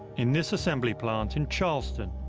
in this assembly plant in charleston,